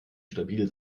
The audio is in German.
stabil